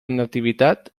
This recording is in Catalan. nativitat